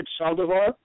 Saldivar